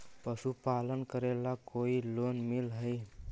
पशुपालन करेला कोई लोन मिल हइ?